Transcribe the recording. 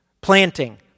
planting